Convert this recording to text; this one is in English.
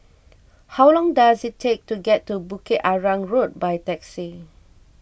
how long does it take to get to Bukit Arang Road by taxi